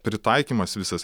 pritaikymas visas